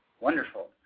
Wonderful